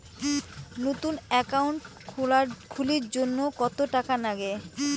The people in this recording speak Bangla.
নতুন একাউন্ট খুলির জন্যে কত টাকা নাগে?